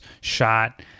shot